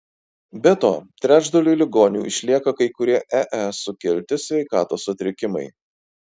be to trečdaliui ligonių išlieka kai kurie ee sukelti sveikatos sutrikimai